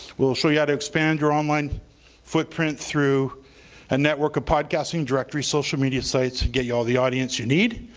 we'll show you how to expand your online footprint through a network of podcasting directories, social media sites to get you all the audience you need.